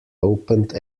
opened